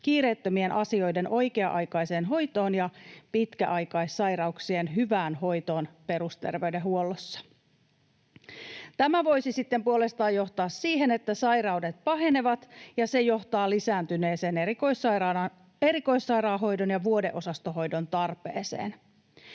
kiireettömien asioiden oikea-aikaiseen hoitoon ja pitkäaikaissairauksien hyvään hoitoon perusterveydenhuollossa. Tämä voisi sitten puolestaan johtaa siihen, että sairaudet pahenevat, ja se johtaa lisääntyneeseen erikoissairaanhoidon ja vuodeosastohoidon tarpeeseen.”